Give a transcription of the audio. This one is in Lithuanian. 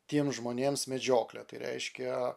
tiems žmonėms medžioklė tai reiškia